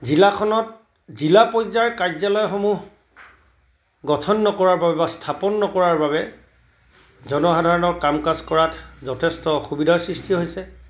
জিলাখনত জিলা পৰ্যায়ৰ কাৰ্যালয়সমূহ গঠন নকৰাৰ বাবে বা স্থাপন নকৰাৰ বাবে জনসাধাৰণৰ কাম কাজ কৰাত যথেষ্ট অসুবিধাৰ সৃষ্টি হৈছে